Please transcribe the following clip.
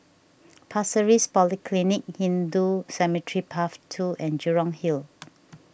Pasir Ris Polyclinic Hindu Cemetery Path two and Jurong Hill